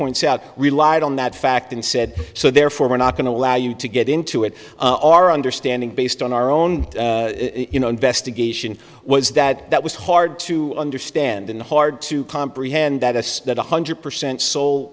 points out relied on that fact and said so therefore we're not going to allow you to get into it our understanding based on our own you know investigation was that that was hard to understand and hard to comprehend that this one hundred percent so